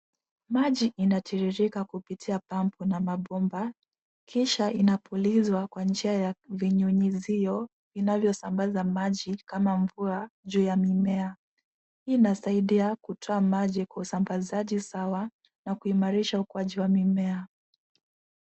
Maji inatiririka kupitia pampu na mabomba kisha inapulizwa kwa njia ya vinyunyizio inayo sambaza maji kama mvua juu ya mimea. Hii inasaidia kutoa maji kwa usambazaji sawa na kuimarisha ukuaji wa mimea.